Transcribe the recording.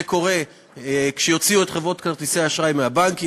זה יקרה כשיוציאו את חברות האשראי מהבנקים,